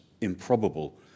improbable